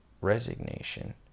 resignation